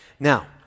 Now